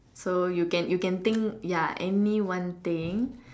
so you can you can think ya anyone thing